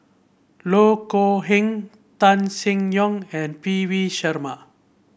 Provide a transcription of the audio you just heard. Loh Kok Heng Tan Seng Yong and P V Sharma